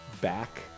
Back